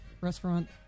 restaurant